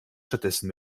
stattdessen